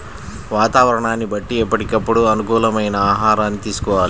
వాతావరణాన్ని బట్టి ఎప్పటికప్పుడు అనుకూలమైన ఆహారాన్ని తీసుకోవాలి